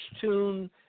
tune